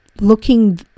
looking